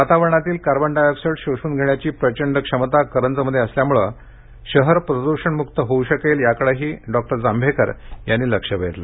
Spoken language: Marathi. वातावरणातील कार्बन डायऑक्साईड शोषून घेण्याची प्रचंड क्षमता करंजमध्ये असल्यामुळे शहर प्रदूषणमुक्त होऊ शकेल याकडेही डॉक्टर जांभेकर यांनी लक्ष वेधलं